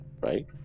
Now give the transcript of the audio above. right